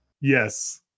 Yes